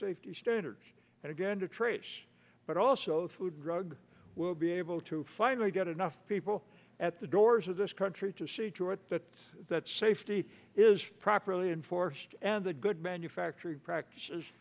safety standards and again to trace but also through drug we'll be able to finally get enough people at the doors of this country to see to it that that safety is properly enforced and the good manufacture practices